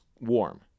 warm